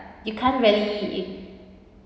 you can't really it